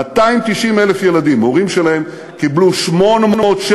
השנה פתחנו קרוב ל-700,